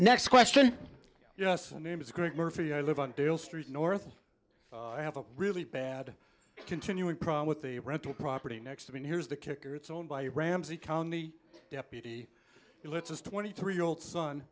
next question yes the name is greg murphy i live on dale street north i have a really bad continuing problem with the rental property next to me and here's the kicker it's owned by a ramsey county deputy who lets us twenty three year old son